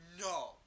No